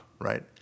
right